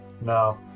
No